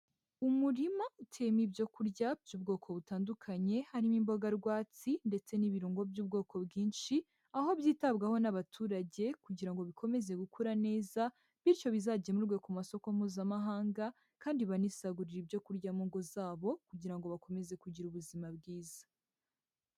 Umurima uteyemo ibyo kurya by'ubwoko butandukanye, harimo imboga rwatsi ndetse n'ibirungo by'ubwoko bwinshi, aho byitabwaho n'abaturage kugira ngo bikomeze gukura neza bityo bizagemurwe ku masoko mpuzamahanga kandi banisagurira ibyo kurya mu ngo zabo kugira ngo bakomeze kugira ubuzima bwiza.